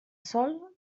sol